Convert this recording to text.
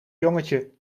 jongetje